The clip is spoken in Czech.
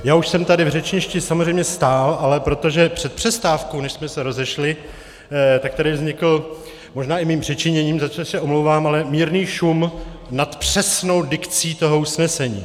Já už jsem tady v řečništi samozřejmě stál, ale protože před přestávkou, než jsme se rozešli, tady vznikl možná i mým přičiněním, za což se omlouvám mírný šum nad přesnou dikcí toho usnesení.